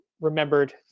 remembered